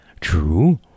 True